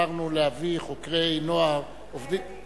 עזרנו להביא חוקרי ילדים,